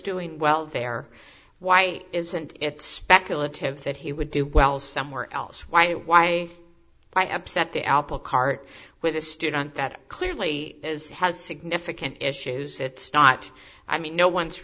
doing well there why isn't it speculative that he would do well somewhere else why why why upset the applecart with a student that clearly is has significant issues it's not i mean no one's